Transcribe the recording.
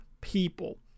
people